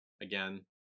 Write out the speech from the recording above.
again